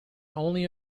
only